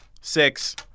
Six